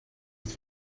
dat